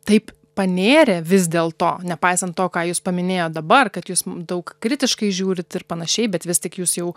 taip panėrė vis dėlto nepaisant to ką jūs paminėjot dabar kad jūs daug kritiškai žiūrit ir panašiai bet vis tik jūs jau